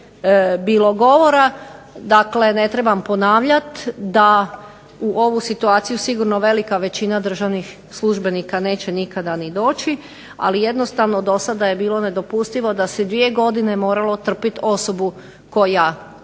bilo govora. Dakle, ne trebam ponavljati da u ovu situaciju sigurno velika većina državnih službenika neće nikada ni doći, ali jednostavno do sada je bilo nedopustivo da se dvije godine moralo trpiti osobu koja